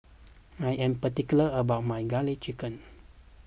I am particular about my Garlic Chicken